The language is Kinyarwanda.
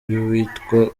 y’uwitwa